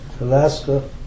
Alaska